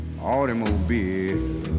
automobile